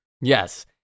yes